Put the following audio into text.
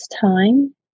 time